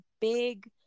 big